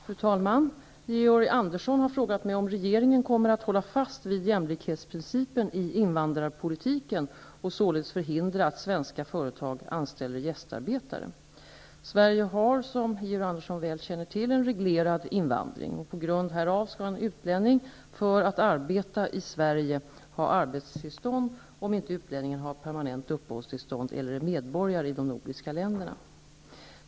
Fru talman! Georg Andersson har frågat mig om regeringen kommer att hålla fast vid jämlikhetsprincipen i invandrarpolitiken och således förhindra att svenska företag anställer gästarbetare. Sverige har, som Georg Andersson väl känner till, en reglerad invandring. På grund härav skall en utlänning för att arbeta i Sverige ha arbetstillstånd, om inte utlänningen har permanent uppehållstillstånd eller är medborgare i de nordiska länderna.